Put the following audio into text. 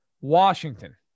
Washington